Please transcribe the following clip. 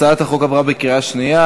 הצעת החוק עברה בקריאה שנייה.